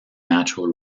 natural